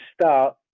start